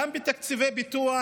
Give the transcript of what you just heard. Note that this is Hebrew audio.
תקציבי ביטוח